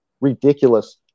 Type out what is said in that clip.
ridiculous